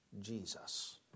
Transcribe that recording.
Jesus